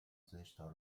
زشتها